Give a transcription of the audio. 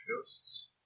ghosts